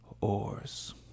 oars